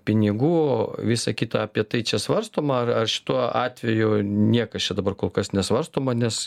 pinigų o visa kita apie tai čia svarstoma ar ar šituo atveju niekas čia dabar kol kas nesvarstoma nes